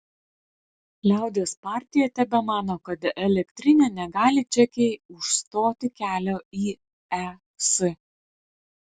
liaudies partija tebemano kad elektrinė negali čekijai užstoti kelio į es